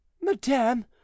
madame